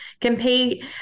compete